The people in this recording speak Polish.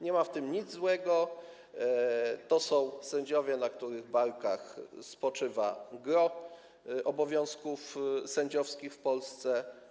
Nie ma w tym nic złego, to są sędziowie, na których barkach spoczywa gros obowiązków sędziowskich w Polsce.